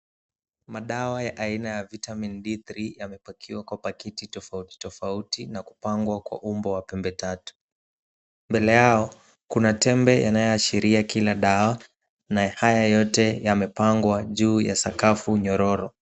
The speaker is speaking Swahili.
Madawa aina ya vitamini D3 yamepakiwa kwenye pakiti tofauti tofauti na kupangwa kwa umbo wa pembe tatu, mbele yao kuna tembe inayoashiria kila dawa na haya yote yamepangwa juu ya sakafu nyororo.